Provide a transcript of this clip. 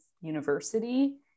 university